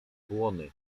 błony